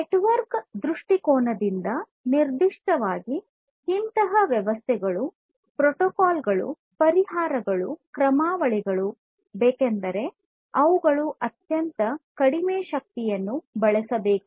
network ದೃಷ್ಟಿಕೋನದಿಂದ ನಿರ್ದಿಷ್ಟವಾಗಿ ಇಂತಹ ವ್ಯವಸ್ಥೆಗಳು ಪ್ರೋಟೋಕಾಲ್ಗಳು ಪರಿಹಾರಗಳು ಕ್ರಮಾವಳಿಗಳು ಬೇಕೆಂದರೆ ಅವುಗಳು ಅತ್ಯಂತ ಕಡಿಮೆ ಶಕ್ತಿಯನ್ನು ಬಳಸಬೇಕು